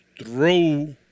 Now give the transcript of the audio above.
throw